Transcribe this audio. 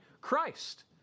Christ